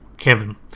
Kevin